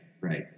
right